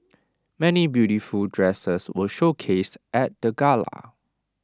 many beautiful dresses were showcased at the gala